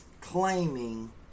claiming